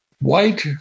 White